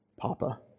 Papa